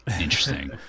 interesting